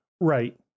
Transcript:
Right